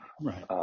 Right